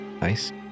Nice